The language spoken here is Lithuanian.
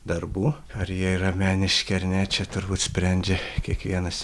darbų ar jie yra meniški ar ne čia turbūt sprendžia kiekvienas